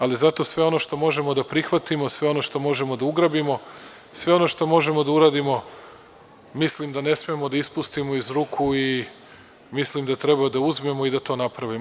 Ali, zato sve ono što možemo da prihvatimo, sve ono što možemo da ugradimo, sve ono što možemo da uradimo mislim da ne smemo da ispustimo iz ruku i mislim da treba da uzmemo i da to napravimo.